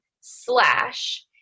slash